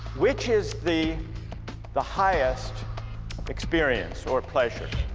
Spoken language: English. which is the the highest experience or pleasure?